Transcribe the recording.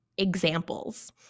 Examples